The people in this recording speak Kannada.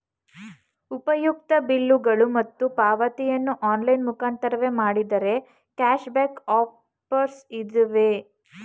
ಉಪಯುಕ್ತತೆ ಬಿಲ್ಲುಗಳು ಮತ್ತು ಪಾವತಿಗಳನ್ನು ಆನ್ಲೈನ್ ಮುಖಾಂತರವೇ ಮಾಡಿದರೆ ಕ್ಯಾಶ್ ಬ್ಯಾಕ್ ಆಫರ್ಸ್ ಇವೆಯೇ?